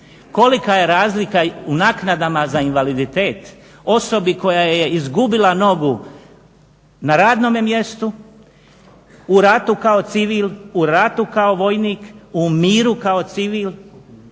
kolika je razlika u naknadama za invaliditet osobi koja je izgubila nogu na radnome mjestu, u ratu kao civil, u ratu kao vojnik, u miru kao civil.